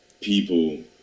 people